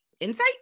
insight